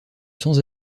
sans